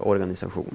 organisationer.